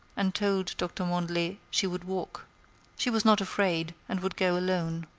and told doctor mandelet she would walk she was not afraid, and would go alone.